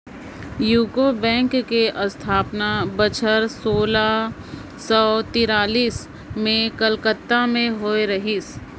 UCO bank कर असथापना बछर सोला सव तिरालिस में कलकत्ता में होए रहिस